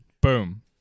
Boom